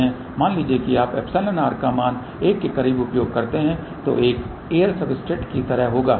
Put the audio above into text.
मान लीजिए कि आप εr का मान 1 के करीब उपयोग करते हैं जो एक एयर सब्सट्रेट की तरह होगा